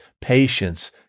patience